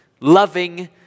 loving